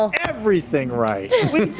everything right. we did